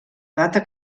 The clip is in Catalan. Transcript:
data